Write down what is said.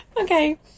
okay